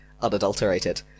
unadulterated